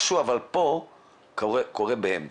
אבל משהו פה קורה באמצע,